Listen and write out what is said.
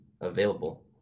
available